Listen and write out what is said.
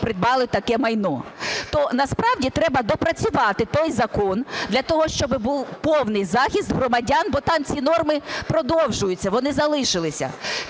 придбали таке майно. То насправді треба допрацювати той закон для того, щоб був повний захист громадян, бо там ці норми продовжуються, вони залишилися.